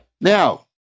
Now—